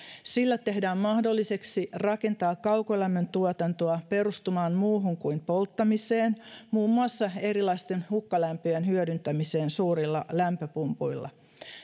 sillä tehdään mahdolliseksi rakentaa kaukolämmöntuotantoa perustumaan muuhun kuin polttamiseen muun muassa erilaisten hukkalämpöjen hyödyntämiseen suurilla lämpöpumpuilla